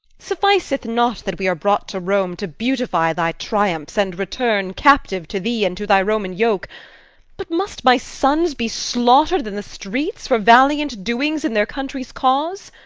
sufficeth not that we are brought to rome to beautify thy triumphs, and return captive to thee and to thy roman yoke but must my sons be slaughtered in the streets for valiant doings in their country's cause?